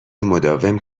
مداوم